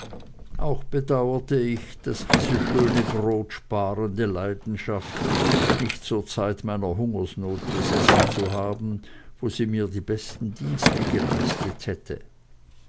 auch bedauerte ich diese schöne brotsparende leidenschaft nicht zur zeit meiner hungersnot besessen zu haben wo sie mir die besten dienste geleistet hätte